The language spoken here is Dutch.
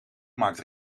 maakt